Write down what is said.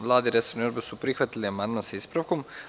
Vlada i resorni odbor su prihvatili amandman sa ispravkom.